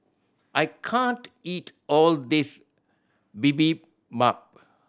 I can't eat all this Bibimbap